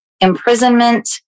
Imprisonment